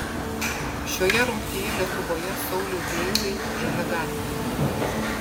šioje rungtyje lietuvoje sauliui kleizai žalia gatvė